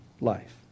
life